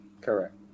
Correct